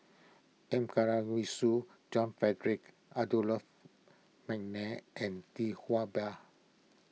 John Frederick McNair and Tee Ba